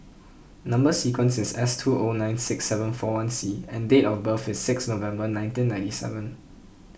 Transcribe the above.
Number Sequence is S two O nine six seven four one C and date of birth is sixth November nineteen ninety seven